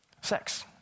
sex